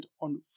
on